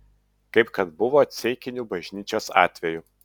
kaip kad buvo ceikinių bažnyčios atveju